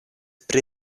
pri